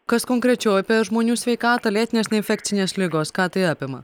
kas konkrečiau apie žmonių sveikatą lėtinės neinfekcinės ligos ką tai apima